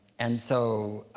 and so,